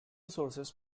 sources